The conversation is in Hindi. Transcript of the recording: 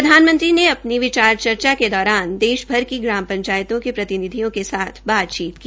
प्रधानमंत्री ने अपनी विचार चर्चा के दौरान देशभर की ग्राम पंचायतों के प्रतिनिधियों के साथ बातचीत की